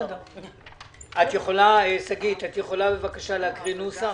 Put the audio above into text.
--- שגית, את יכולה בבקשה להקריא נוסח?